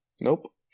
Nope